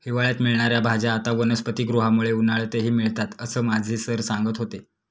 हिवाळ्यात मिळणार्या भाज्या आता वनस्पतिगृहामुळे उन्हाळ्यातही मिळतात असं माझे सर सांगत होते